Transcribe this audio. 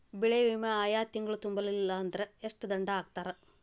ಬೆಳೆ ವಿಮಾ ಆಯಾ ತಿಂಗ್ಳು ತುಂಬಲಿಲ್ಲಾಂದ್ರ ಎಷ್ಟ ದಂಡಾ ಹಾಕ್ತಾರ?